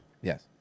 yes